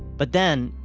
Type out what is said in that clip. but then,